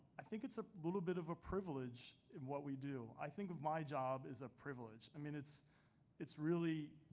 i think it's a little bit of a privilege and what we do. i think my job is a privilege. i mean it's it's really,